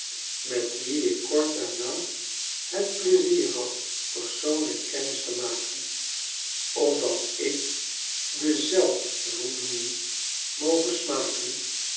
met wien ik kort daarna het plezier had persoonlijk kennis te maken opdat ik de zelfvoldoeningmogesmaken mijn